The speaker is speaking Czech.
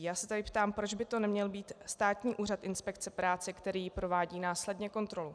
Já se tady ptám, proč by to neměl být Státní úřad inspekce práce, který provádí následně kontrolu.